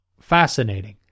Fascinating